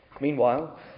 Meanwhile